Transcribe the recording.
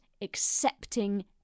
accepting